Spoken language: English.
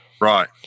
Right